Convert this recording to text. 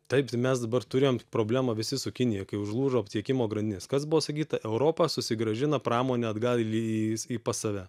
taip tai mes dabar turėjom problemą visi su kinija kai užlūžo tiekimo grandinės kas buvo sakyta europa susigrąžina pramonę atgal lį į pas save